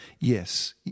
yes